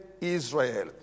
Israel